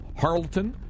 Harleton